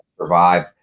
survive